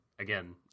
Again